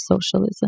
socialism